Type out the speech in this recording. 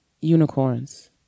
unicorns